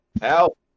Help